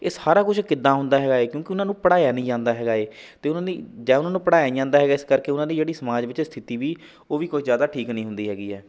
ਇਹ ਸਾਰਾ ਕੁਝ ਕਿੱਦਾਂ ਹੁੰਦਾ ਹੈਗਾ ਏ ਕਿਉਂਕਿ ਉਹਨਾਂ ਨੂੰ ਪੜ੍ਹਾਇਆ ਨਹੀਂ ਜਾਂਦਾ ਹੈਗਾ ਏ ਅਤੇ ਉਹਨਾਂ ਦੀ ਜਾਂ ਉਹਨਾਂ ਨੂੰ ਪੜ੍ਹਾਇਆ ਨਹੀਂ ਜਾਂਦਾ ਇਸ ਕਰਕੇ ਉਹਨਾਂ ਦੀ ਜਿਹੜੀ ਸਮਾਜ ਦੇ ਵਿੱਚ ਜਿਹੜੀ ਸਥਿਤੀ ਵੀ ਉਹ ਵੀ ਕੋਈ ਜ਼ਿਆਦਾ ਠੀਕ ਨਹੀਂ ਹੁੰਦੀ ਹੈਗੀ ਹੈ